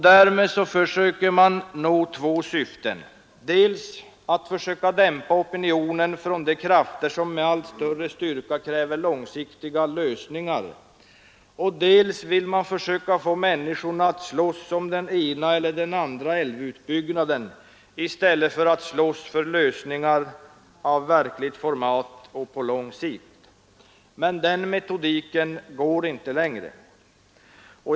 Därmed försöker man nå två syften, dels att dämpa opinionen från de krafter som med allt större styrka kräver långsiktiga lösningar, dels att få människor att slåss om den ena eller andra älvutbyggnaden i stället för att slåss för lösningar av verkligt format och på lång sikt. Men den metodiken går inte längre.